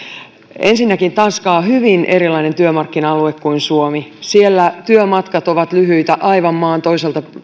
ensinnäkin tanska on hyvin erilainen työmarkkina alue kuin suomi siellä työmatkat ovat lyhyitä aivan maan toiselta